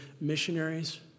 missionaries